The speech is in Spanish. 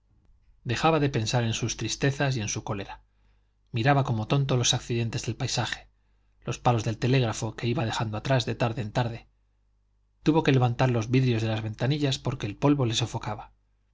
dejaba de pensar en sus tristezas y en su cólera miraba como tonto los accidentes del paisaje los palos del telégrafo que iba dejando atrás de tarde en tarde tuvo que levantar los vidrios de las ventanillas porque el polvo le sofocaba